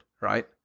right